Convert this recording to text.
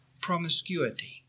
Promiscuity